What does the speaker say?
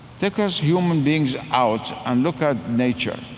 take us human beings out and look at nature.